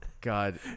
God